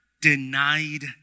denied